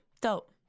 dope